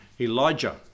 Elijah